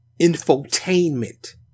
Infotainment